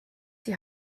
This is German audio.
die